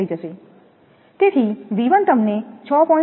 તેથી તમને 6